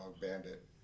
Bandit